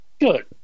Good